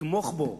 שנתמוך בו.